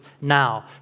now